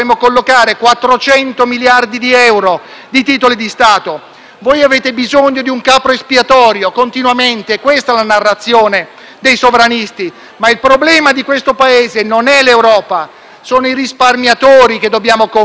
Voi avete bisogno di un capro espiatorio, continuamente, è questa la narrazione dei sovranisti, ma il problema di questo Paese non è l'Europa, sono i risparmiatori, che dobbiamo convincere giorno dopo giorno a comprare questi titoli di Stato.